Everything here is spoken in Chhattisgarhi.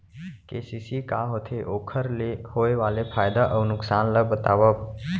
के.सी.सी का होथे, ओखर ले होय वाले फायदा अऊ नुकसान ला बतावव?